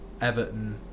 Everton